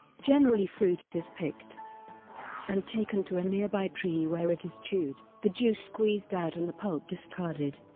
generally fruit is picked and taken to a nearby tree where it is chewed, the juice squeezed out and the pulp discarded.